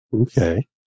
Okay